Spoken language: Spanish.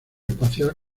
espacial